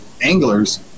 anglers